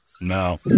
No